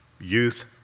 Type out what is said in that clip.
youth